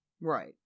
Right